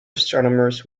astronomers